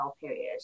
period